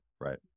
right